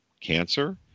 cancer